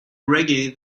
reggae